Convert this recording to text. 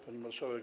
Pani Marszałek!